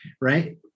right